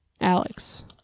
Alex